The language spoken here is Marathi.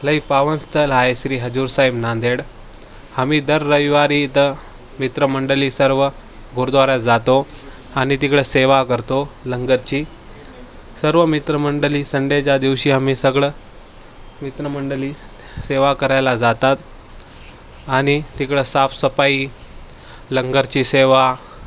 लई पावनस्थळ आहे श्री हजूरसाहेब नांदेड आम्ही दर रविवारी तर मित्रमंडळी सर्व गुरद्वार जातो आणि तिकडं सेवा करतो लंगरची सर्व मित्रमंडळी संडेच्या दिवशी आम्ही सगळं मित्रमंडळी सेवा करायला जातात आणि तिकडं साफसफाई लंगरची सेवा